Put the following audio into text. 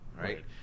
right